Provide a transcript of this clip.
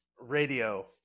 radio